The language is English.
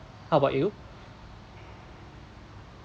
how about you